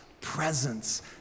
presence